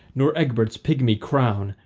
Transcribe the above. nor egbert's pigmy crown,